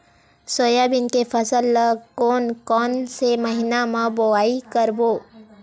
Soybean के फसल ल कोन कौन से महीना म बोआई करबो?